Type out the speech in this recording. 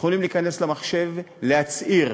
יכולים להיכנס למחשב, להצהיר